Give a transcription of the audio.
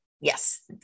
Yes